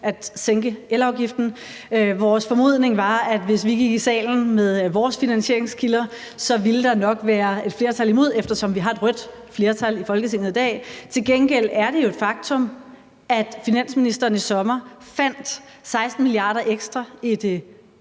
at sænke elafgiften. Vores formodning var, at hvis vi gik i salen med vores finansieringskilder, ville der nok være et flertal imod, eftersom vi har et rødt flertal i Folketinget i dag. Til gengæld er det jo et faktum, at finansministeren i sommer fandt 16 mia. kr. ekstra i det